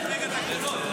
תפתח רגע את הגבולות.